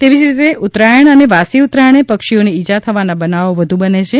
તેવી જ રીતે ઉત્તરાયણ અને વાસી ઉત્તરાયણે પક્ષીઓને ઇજા થવાના બનાવો વધુ બને છે